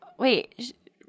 Wait